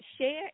share